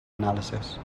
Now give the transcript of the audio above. analysis